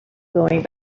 going